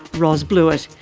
ros bluett.